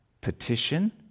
petition